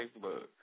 Facebook